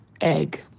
egg